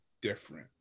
different